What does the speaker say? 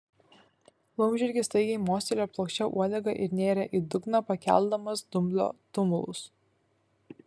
laumžirgis staigiai mostelėjo plokščia uodega ir nėrė į dugną pakeldamas dumblo tumulus